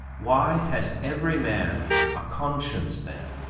why has every man a conscience then?